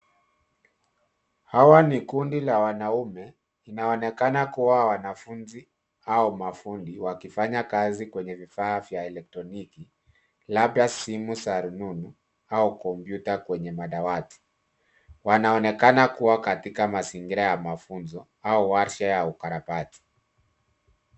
Hawa ni kundi la wanaume inaonekana kuwa wanafunzi au mafundi wakifanya kazi kwenye vifaa vya elektroniki labda simu za rununu au kompyuta kwenye madawati wanaonekana kuwa katika mazingira ya mafunzo au warsha ya ukarabati.